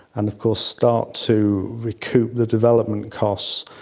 and of course start to recoup the development costs,